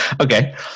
okay